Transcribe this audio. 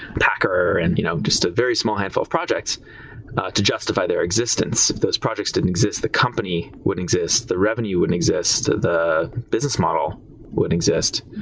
packer and you know just a very small handful of projects to justify their existence. if those projects didn't exist, the company wouldn't exist. the revenue wouldn't exist. the business model wouldn't exist.